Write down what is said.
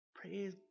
Praise